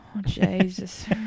jesus